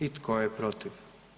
I tko je protiv?